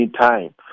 time